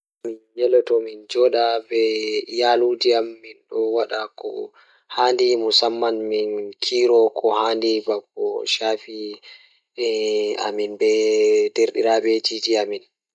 So tawii miɗo waɗa jaɓde kala ngal ndiyan, mi waɗataa jaɓde waɗude nder teeriiɗe, ndee ngal o waɗataa waɗi ngam nde ina ɗofngo waɗude cuuraande e dow leñol e baajo. Teeriiɗe ina waawataa haɗtude loɗɗunde e dow ɗaɓɓu, kadi miɗo waɗataa heewugol haayre ngam waɗude ɗoon ngal no njam ɓuri.